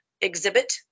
exhibit